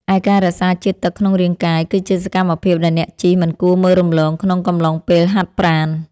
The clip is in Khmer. ឯការរក្សាជាតិទឹកក្នុងរាងកាយ គឺជាសកម្មភាពដែលអ្នកជិះមិនគួរមើលរំលងក្នុងកំឡុងពេលហាត់ប្រាណ។